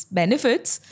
benefits